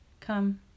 Come